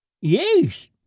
Yes